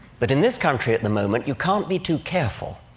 but in this country at the moment, you can't be too careful.